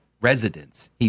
residents